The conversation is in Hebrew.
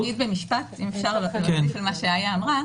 אגיד משפט על מה שאיה אמרה,